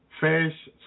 fish